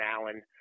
Allen